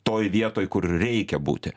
toj vietoj kur reikia būti